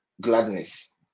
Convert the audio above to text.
gladness